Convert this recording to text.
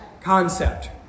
concept